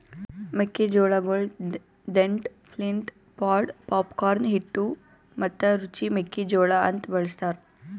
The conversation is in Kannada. ಮೆಕ್ಕಿ ಜೋಳಗೊಳ್ ದೆಂಟ್, ಫ್ಲಿಂಟ್, ಪೊಡ್, ಪಾಪ್ಕಾರ್ನ್, ಹಿಟ್ಟು ಮತ್ತ ರುಚಿ ಮೆಕ್ಕಿ ಜೋಳ ಅಂತ್ ಬಳ್ಸತಾರ್